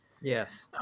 Yes